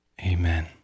Amen